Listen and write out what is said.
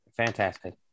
fantastic